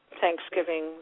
Thanksgiving